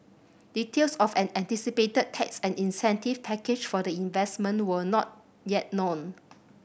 details of an anticipated tax and incentive package for the investment were not yet known